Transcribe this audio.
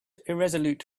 irresolute